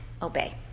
obey